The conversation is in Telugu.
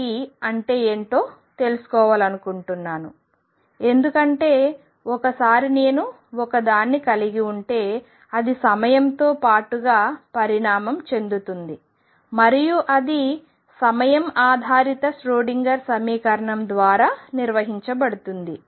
ψxt అంటే ఏమిటో తెలుసుకోవాలనుకుంటున్నాను ఎందుకంటే ఒకసారి నేను ఒకదాన్ని కలిగి ఉంటే అది సమయంతో పాటుగా పరిణామం చెందుతుంది మరియు అది సమయం ఆధారిత ష్రోడింగర్ సమీకరణం ద్వారా నిర్వహించబడుతుంది